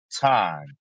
time